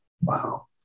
Wow